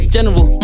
General